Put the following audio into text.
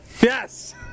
Yes